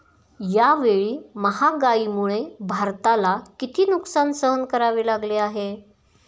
यावेळी महागाईमुळे भारताला किती नुकसान सहन करावे लागले आहे?